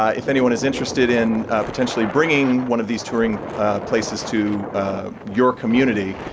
ah if anyone is interested in potentially bringing one of these touring places to your community,